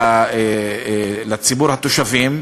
לציבור התושבים.